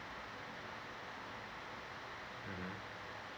mmhmm